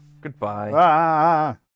Goodbye